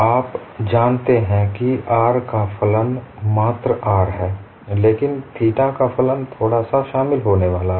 आप जानते हैं कि r का फलन मात्र r है लेकिन थीटा का फलन थोड़ा सा शामिल होने वाला है